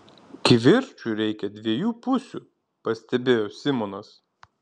kivirčui reikia dviejų pusių pastebėjo simonas